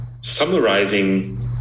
summarizing